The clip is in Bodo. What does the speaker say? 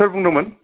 सोर बुंदोंमोन